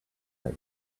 has